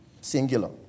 Singular